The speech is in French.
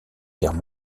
guerre